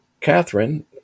Catherine